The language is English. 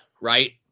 right